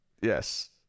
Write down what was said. yes